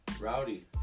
rowdy